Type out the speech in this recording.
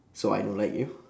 so I don't like you